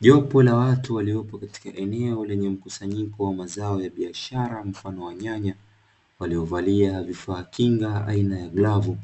Jopo la watu waliopo katika eneo lenye mkusanyiko wa mazao ya biashara mfano wa nyanya, waliovalia vifaaa kinga aina ya glavu,